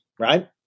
right